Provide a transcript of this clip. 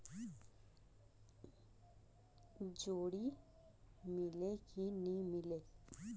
जोणी मीले कि नी मिले?